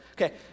Okay